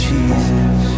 Jesus